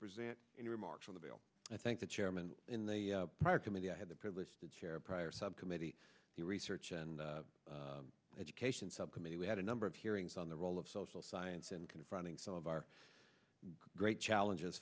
present in remarks on the bill i thank the chairman in the prior committee i had the privilege to chair a prior subcommittee the research and education subcommittee we had a number of hearings on the role of social science in confronting some of our great challenges